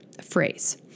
phrase